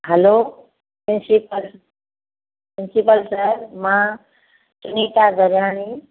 हलो principal principal sir मां सुनीता दरियाणी